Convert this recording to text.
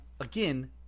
again